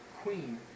Queen